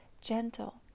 gentle